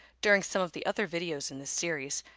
during some of the other videos in this series,